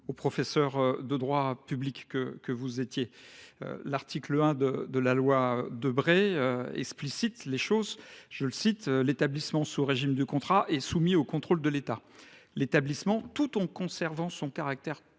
professeure de droit public que vous êtes. L’article 1 de la loi Debré éclaire la situation :« L’établissement sous régime du contrat est soumis au contrôle de l’État. L’établissement, tout en conservant son caractère propre,